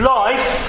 life